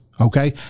okay